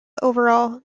overall